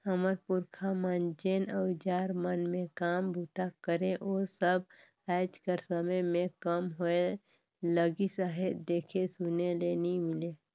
हमर पुरखा मन जेन अउजार मन मे काम बूता करे ओ सब आएज कर समे मे कम होए लगिस अहे, देखे सुने ले नी मिले